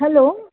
hello